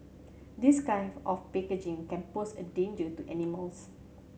this kind of packaging can pose a danger to animals